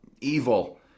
evil